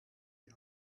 die